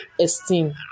esteem